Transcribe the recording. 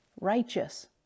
righteous